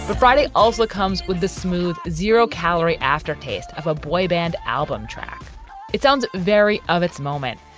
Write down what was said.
but friday also comes with the smooth, zero calorie aftertaste of a boyband album track it sounds very of its moment,